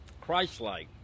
Christ-like